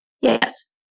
Yes